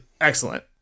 excellent